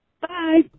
bye